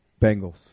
Bengals